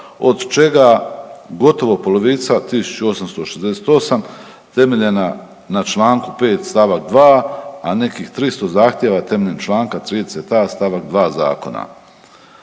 od čega gotovo polovica 1.868 temeljena na čl. 5. st. 2., a nekih 300 zahtjeva temeljem čl. 30.a st. 2. zakona.